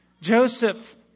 Joseph